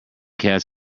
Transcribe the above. cats